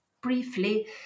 briefly